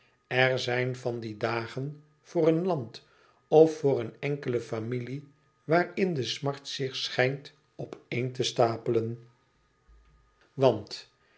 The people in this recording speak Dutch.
er zijn van die dagen voor een land of voor een enkele familie waarin de smart zich schijnt opeen te stapelen want